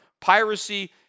Piracy